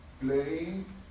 playing